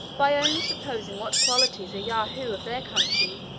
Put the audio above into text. by only supposing what qualities a yahoo of their country,